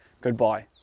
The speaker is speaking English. Goodbye